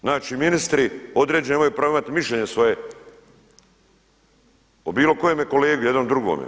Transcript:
Znači ministri određeni nemaju pravo imati mišljenje svoje o bilo kojem kolegi jedan o drugome.